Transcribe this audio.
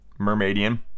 mermaidian